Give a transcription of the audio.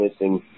missing